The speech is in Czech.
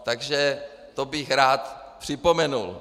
Takže to bych rád připomenul.